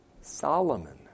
Solomon